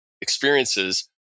experiences